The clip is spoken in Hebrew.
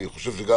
אני חושב שגם